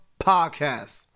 podcast